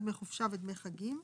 דמי חופשה ודמי חגים.